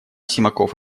симаков